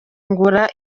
ngura